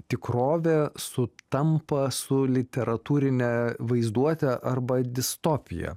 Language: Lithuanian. tikrovė sutampa su literatūrine vaizduote arba distopija